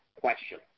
question